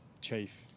chief